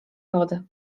wody